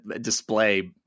display